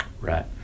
Right